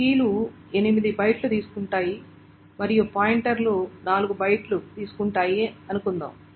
కీలు 8 బైట్లు తీసుకుంటాయి మరియు పాయింటర్లు 4 బైట్లు తీసుకుంటాయని అనుకుందాం